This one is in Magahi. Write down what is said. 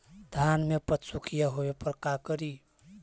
धान मे पत्सुखीया होबे पर का करि?